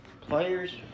players